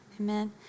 Amen